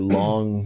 long